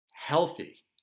healthy